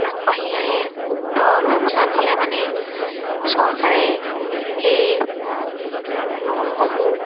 আগবাঢ়ি আহে উক্ত লোকচান হ'লে মানে চৰকাৰে সেই লোনসমূহ